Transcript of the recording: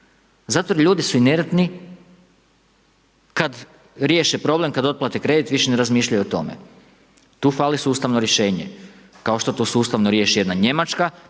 zato jer ljudi su inertni, kad riješe problem, kad otplate kredit više ne razmišljaju o tome, tu fali sustavno rješenje. Kao što to sustavno riješi jedna Njemačka